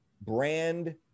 brand